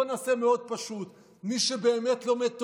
בואו נעשה מאוד פשוט: מי שבאמת לומד תורה,